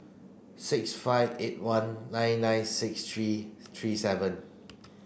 six five eight one nine nine six three three seven